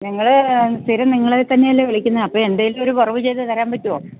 ഞങ്ങള് സ്ഥിരം നിങ്ങളെത്തന്നെയല്ലേ വിളിക്കുന്നത് അപ്പോള് എന്തേലും ഒരു കുറവു ചെയ്തുതരാൻ പറ്റുമോ